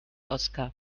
oskar